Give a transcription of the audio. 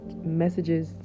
messages